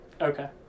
Okay